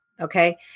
Okay